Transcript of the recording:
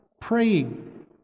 praying